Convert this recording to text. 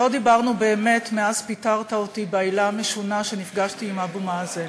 לא דיברנו באמת מאז פיטרת אותי בעילה המשונה שנפגשתי עם אבו מאזן.